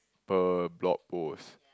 per blog post